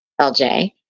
LJ